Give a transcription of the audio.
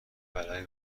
برای